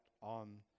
on